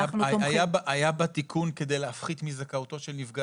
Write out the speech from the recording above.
היה בתיקון כדי להפחית מזכאותו של נפגע